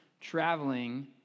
traveling